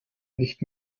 nicht